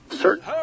Certain